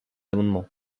amendement